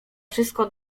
wszystko